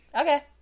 okay